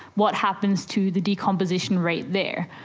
what happens to the decomposition rate there.